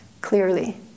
clearly